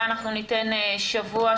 חשבנו שניתן שבוע,